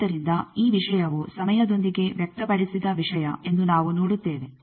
ಆದ್ದರಿಂದ ಈ ವಿಷಯವು ಸಮಯದೊಂದಿಗೆ ವ್ಯಕ್ತಪಡಿಸಿದ ವಿಷಯ ಎಂದು ನಾವು ನೋಡುತ್ತೇವೆ